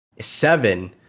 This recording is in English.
Seven